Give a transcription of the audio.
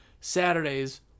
Saturdays